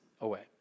away